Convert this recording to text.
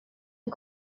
and